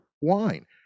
wine